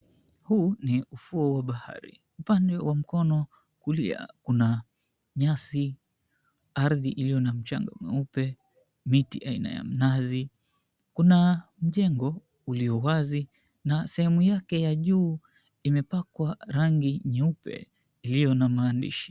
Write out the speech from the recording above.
Huu ni ufuo wa bahari. Upande wa mkono wa kulia kuna nyasi, ardhi iliyo na mchanga mweupe, miti aina ya mnazi. Kuna jengo ulio wazi na sehemu yake ya juu imepakwa rangi nyeupe iliyo na maandishi.